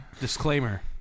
Disclaimer